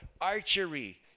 Archery